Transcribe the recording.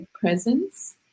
presence